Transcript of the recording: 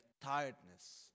tiredness